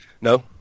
No